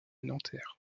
nanterre